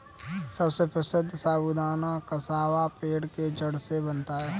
सबसे प्रसिद्ध साबूदाना कसावा पेड़ के जड़ से बनता है